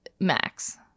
max